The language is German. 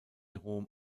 rom